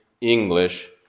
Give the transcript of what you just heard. English